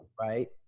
Right